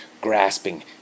Grasping